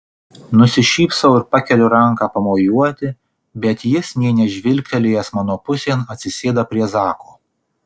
nusišypsau ir pakeliu ranką pamojuoti bet jis nė nežvilgtelėjęs mano pusėn atsisėda prie zako